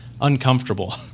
uncomfortable